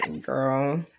Girl